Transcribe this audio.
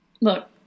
Look